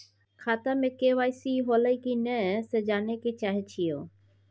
खाता में के.वाई.सी होलै की नय से जानय के चाहेछि यो?